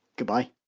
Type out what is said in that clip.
goodbye